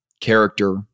character